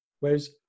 Whereas